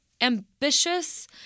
ambitious